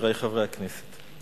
חברי חברי הכנסת,